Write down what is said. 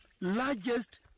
largest